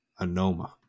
Anoma